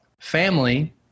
family